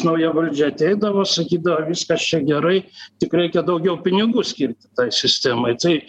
nauja valdžia ateidavo sakydavo viskas čia gerai tik reikia daugiau pinigų skirti tai sistemai tai